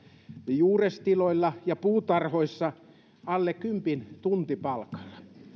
juurestiloilla ja puutarhoissa alle kympin tuntipalkalla